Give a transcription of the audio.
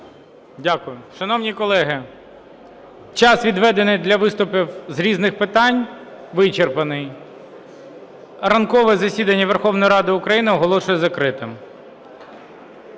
Дякую. Шановні колеги, час, відведений для виступів з різних питань, вичерпаний. Ранкове засідання Верховної Ради України оголошую закритим.